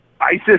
Isis